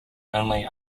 only